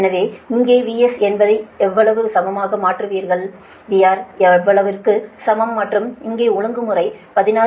எனவே இங்கு VS என்பதை எவ்வளவுக்கு சமமாக மாற்றுவீர்கள் VR எவ்வளவிற்கு சமம் மற்றும் இங்கே ஒழுங்குமுறை 16